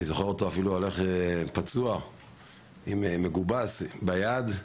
אני זוכר אותו הולך פצוע ומגובס ביד.